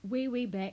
way way back